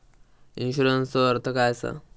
इन्शुरन्सचो अर्थ काय असा?